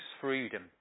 freedom